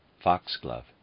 foxglove